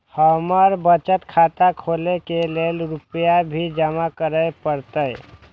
हमर बचत खाता खोले के लेल रूपया भी जमा करे परते?